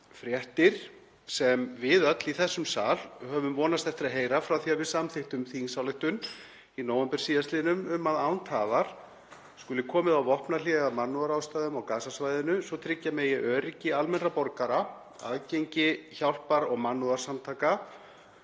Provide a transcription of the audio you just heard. fréttir sem við öll í þessum sal höfum vonast eftir að heyra frá því að við samþykktum þingsályktun í nóvember síðastliðnum um að án tafar skuli komið á vopnahléi af mannúðarástæðum á Gaza-svæðinu svo tryggja megi tafarlaust öryggi almennra borgara, aðgengi hjálpar- og mannúðarsamtaka